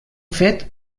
fet